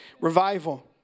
revival